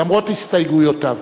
למרות הסתייגויותיו.